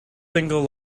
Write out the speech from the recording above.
single